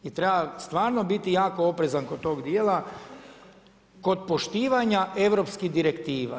I treba stvarno biti jako oprezan kod tog dijela, kod poštivanja europskih direktiva.